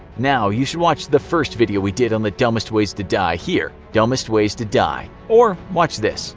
now you should watch the first video we did on the dumbest ways to die here, dumbest ways to die. or watch this,